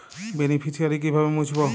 Beneficiary কিভাবে মুছব?